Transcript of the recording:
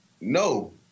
No